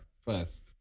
first